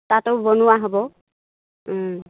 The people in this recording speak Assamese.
তাতো বনোৱা হ'ব